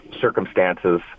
circumstances